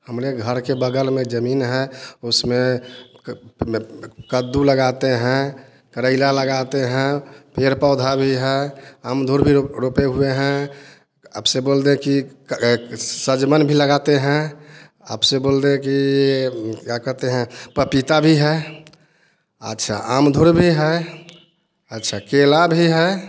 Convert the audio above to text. हमरे घर के बगल में जमीन है उसमें कद्दू लगाते हैं करेला लगाते हैं पेड़ पौधा भी है अमरूद भी रूप रोपे हुए हैं अब से बोल दें कि सहजन भी लगाते हैं आप से बोल दें कि क्या कहते हैं पपीता भी है आच्छा अमरूद भी है अच्छा केला भी है